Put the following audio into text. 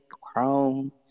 chrome